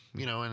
you know, and